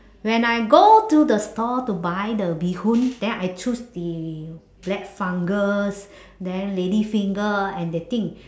when I go to the store to buy the bee hoon then I choose the black fungus then lady finger and the thing